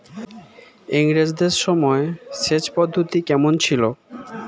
ইঙরেজদের সময় সেচের পদ্ধতি কমন ছিল?